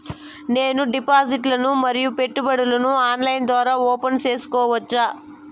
నేను డిపాజిట్లు ను మరియు పెట్టుబడులను ఆన్లైన్ ద్వారా ఓపెన్ సేసుకోవచ్చా?